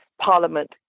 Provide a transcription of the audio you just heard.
Parliament